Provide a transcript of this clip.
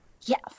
Yes